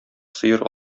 сыер